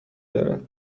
دارد